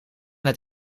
het